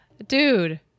dude